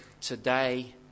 today